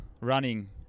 running